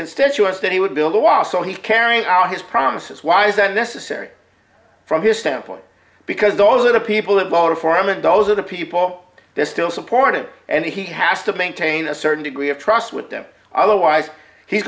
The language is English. constituents that he would build a wall so he's carrying out his promises why is that necessary from his standpoint because those are the people that voted for him and those are the people they're still supporting and he has to maintain a certain degree of trust with them otherwise he's